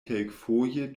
kelkfoje